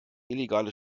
illegale